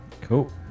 cool